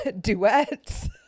duets